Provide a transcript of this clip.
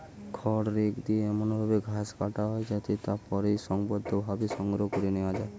খড় রেক দিয়ে এমন ভাবে ঘাস কাটা হয় যাতে তা পরে সংঘবদ্ধভাবে সংগ্রহ করে নেওয়া যায়